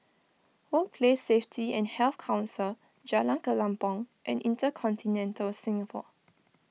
Workplace Safety and Health Council Jalan Kelempong and Intercontinental Singapore